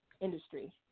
industry